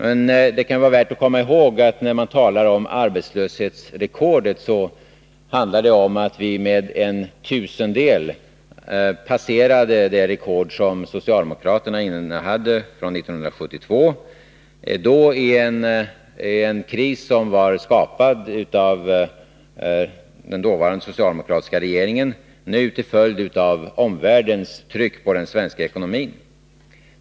Men det kan vara värt att komma ihåg att vi på tal om arbetslöshetsrekord med en tusendel slog det rekord som socialdemokraterna innehade från år 1972, rekordet satt vid en kris som skapades av den dåvarande socialdemokratiska regeringen. Det nya rekordet har däremot satts till följd av omvärldens tryck på den svenska ekonomin.